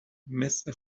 مثل